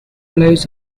lives